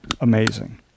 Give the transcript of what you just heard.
amazing